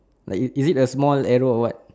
like you you read the small arrow or what